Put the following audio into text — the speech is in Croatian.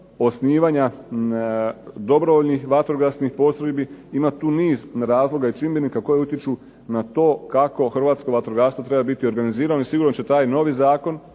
osnivanja dobrovoljnih vatrogasnih postrojbi, ima tu niz razloga i čimbenika koji utječu na to kako Hrvatsko vatrogastvo treba biti organizirano i sigurno će taj novi zakon